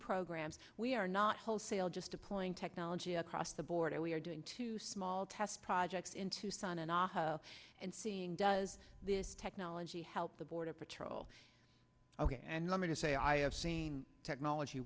programs we are not wholesale just deploying technology across the board we are doing two small test projects in tucson and ah and seeing does this technology help the border patrol ok and let me say i have seen technology